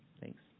Thanks